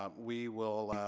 um we will.